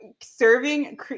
serving